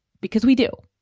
because we do.